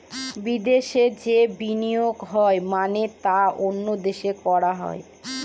বিদেশে যে বিনিয়োগ হয় মানে তা অন্য দেশে করা হয়